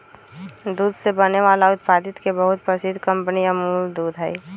दूध से बने वाला उत्पादित के बहुत प्रसिद्ध कंपनी अमूल दूध हई